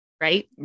Right